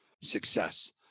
success